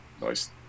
Nice